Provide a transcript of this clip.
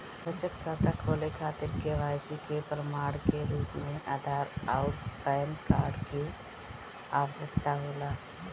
बचत खाता खोले खातिर के.वाइ.सी के प्रमाण के रूप में आधार आउर पैन कार्ड की आवश्यकता होला